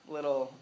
Little